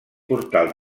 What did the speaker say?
portal